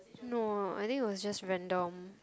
no I think it was just random